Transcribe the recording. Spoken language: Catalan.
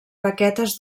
baquetes